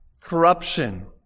corruption